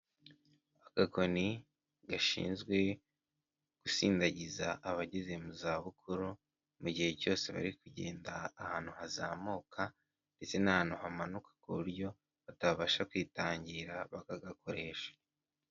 Agakoni gashinzwe gusindagiza abageze mu zabukuru mu gihe cyose bari kugenda ahantu hazamuka ndetse n'ahantu hamanuka ku buryo batabasha kwitangira, bakagakoresha.